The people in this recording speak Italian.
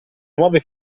nuove